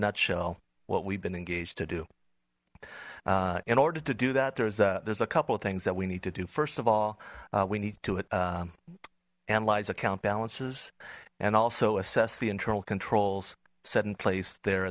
nutshell what we've been engaged to do in order to do that there's a there's a couple of things that we need to do first of all we need to analyze account balances and also assess the internal controls set in place there